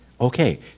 Okay